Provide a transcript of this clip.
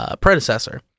predecessor